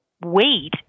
wait